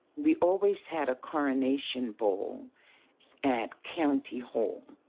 we always had a coronation ball at county hall.